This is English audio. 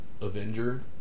Avenger